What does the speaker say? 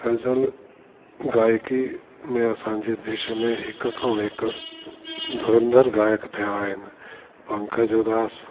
गज़ल गायकी में असांजे देश में हिकु खां हिकु धुरंदर गायक थिया आहिनि पंकज उदास